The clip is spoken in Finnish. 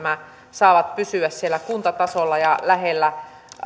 saavat pysyä siellä kuntatasolla ja lähellä